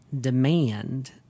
demand